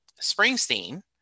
springsteen